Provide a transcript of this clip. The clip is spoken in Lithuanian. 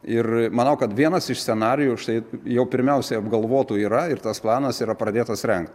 ir manau kad vienas iš scenarijų štai jau pirmiausiai apgalvotų yra ir tas planas yra pradėtas rengt